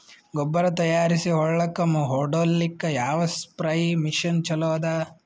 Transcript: ಗೊಬ್ಬರ ತಯಾರಿಸಿ ಹೊಳ್ಳಕ ಹೊಡೇಲ್ಲಿಕ ಯಾವ ಸ್ಪ್ರಯ್ ಮಷಿನ್ ಚಲೋ ಅದ?